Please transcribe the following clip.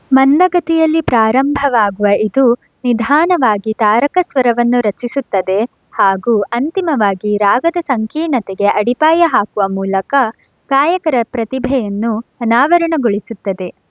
ಮಂದಗತಿಯಲ್ಲಿ ಪ್ರಾರಂಭವಾಗುವ ಇದು ನಿಧಾನವಾಗಿ ತಾರಕ ಸ್ವರವನ್ನು ರಚಿಸುತ್ತದೆ ಹಾಗೂ ಅಂತಿಮವಾಗಿ ರಾಗದ ಸಂಕೀರ್ಣತೆಗೆ ಅಡಿಪಾಯ ಹಾಕುವ ಮೂಲಕ ಗಾಯಕರ ಪ್ರತಿಭೆಯನ್ನು ಅನಾವರಣಗೊಳಿಸುತ್ತದೆ